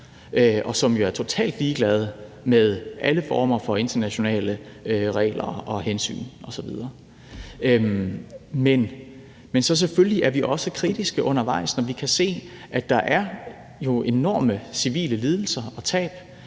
og som jo er totalt ligeglade med alle former for internationale regler og hensyn osv. Men selvfølgelig er vi også kritiske undervejs, når vi kan se, at der jo er enorme civile lidelser og tab;